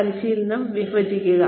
പരിശീലനം വിഭജിക്കുക